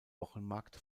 wochenmarkt